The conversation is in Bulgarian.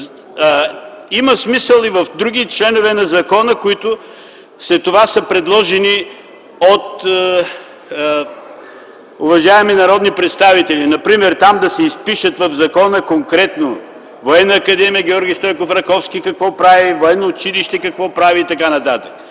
Има смисъл и в други членове на закона, за които след това са предложени от ... Уважаеми народни представители, например там в закона да се изпишат конкретно: Военна академия „Георги Стойков Раковски” – какво прави, военно училище какво прави и т.н. Както